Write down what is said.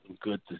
good